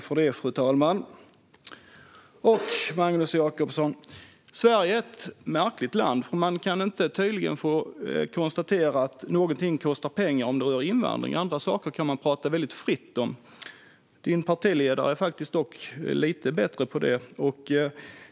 Fru talman! Magnus Jacobsson, Sverige är ett märkligt land, för man kan tydligen inte få konstatera att någonting kostar pengar om det rör invandring. Andra saker kan man tala väldigt fritt om. Din partiledare är dock lite bättre på det.